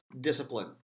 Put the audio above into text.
discipline